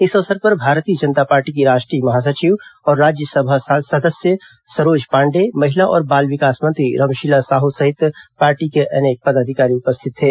इस अवसर पर भारतीय जनता पार्टी की राष्ट्रीय महासचिव और राज्यसभा सदस्य सरोज पांडेय महिला और बाल विकास मंत्री रमशीला साहू सहित पार्टी के अनेक पदाधिकारी उपस्थित थे